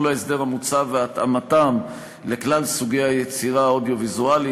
ההסדר המוצע והתאמתן לכלל סוגי היצירה האודיו-ויזואלית,